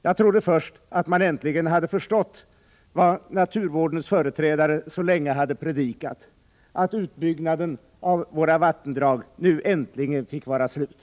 Jag trodde först att man äntligen förstått vad naturvårdens företrädare så länge predikat om att utbyggnaden av våra vattendrag nu äntligen fick vara slut.